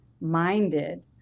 minded